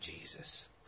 Jesus